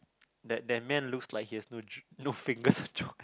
that that man looks like he has no jo~ no fingers or job